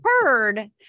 heard